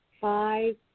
five